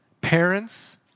Parents